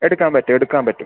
എടുക്കാൻ പറ്റും എടുക്കാൻ പറ്റും